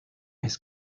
his